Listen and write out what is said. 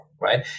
right